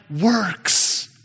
works